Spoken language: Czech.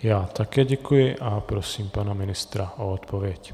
Já také děkuji a prosím pana ministra o odpověď.